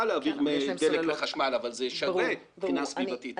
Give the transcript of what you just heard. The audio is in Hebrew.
להעביר מדלק לחשמל אבל זה שווה מבחינה סביבתית.